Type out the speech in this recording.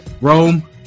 Rome